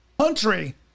Country